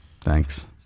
Thanks